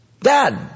Dad